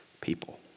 people